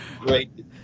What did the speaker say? Great